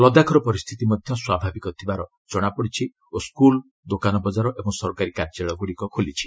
ଲଦାଖର ପରିସ୍ଥିତି ମଧ୍ୟ ସ୍ୱାଭାବିକ ଥିବା ଜଣାପଡିଛି ଓ ସ୍କୁଲ ଦୋକାନବଜାର ଏବଂ ସରକାରୀ କାର୍ଯ୍ୟାଳୟଗୁଡ଼ିକ ଖୋଲିଛି